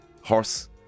horse